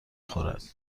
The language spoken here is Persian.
خورد